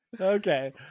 Okay